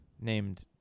Named